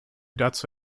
dazu